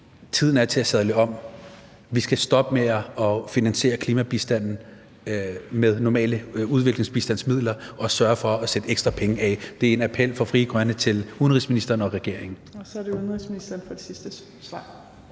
tiden er til at sadle om. Vi skal stoppe med at finansiere klimabistanden med normale udviklingsbistandsmidler og sørge for at sætte ekstra penge af. Det er en appel fra Frie Grønne til udenrigsministeren og regeringen.